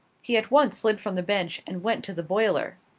he at once slid from the bench and went to the boiler.